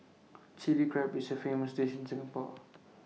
Chilli Crab is A famous dish in Singapore